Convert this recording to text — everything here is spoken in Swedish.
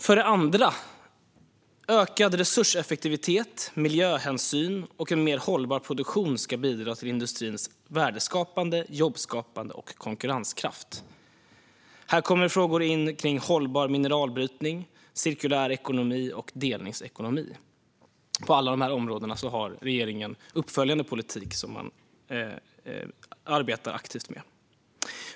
För det andra: Ökad resurseffektivitet, miljöhänsyn och en mer hållbar produktion ska bidra till industrins värdeskapande, jobbskapande och konkurrenskraft. Här kommer frågor om hållbar mineralbrytning, cirkulär ekonomi och delningsekonomi in. På alla områdena har regeringen en uppföljande politik som man arbetar aktivt med.